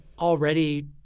already